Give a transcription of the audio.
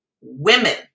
women